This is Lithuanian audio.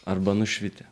arba nušvitę